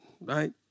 right